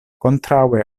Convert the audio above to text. kontraŭe